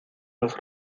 los